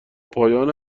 پایان